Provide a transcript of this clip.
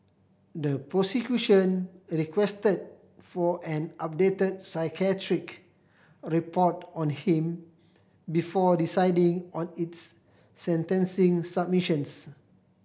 the prosecution requested for an updated psychiatric report on him before deciding on its sentencing submissions